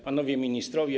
Panowie Ministrowie!